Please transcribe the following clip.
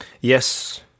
Yes